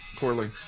poorly